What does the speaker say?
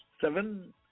seven